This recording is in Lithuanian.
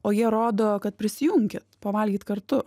o jie rodo kad prisijunkit pavalgyt kartu